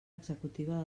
executiva